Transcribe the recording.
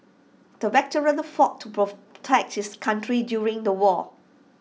the veteran fought to protect his country during the war